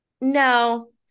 No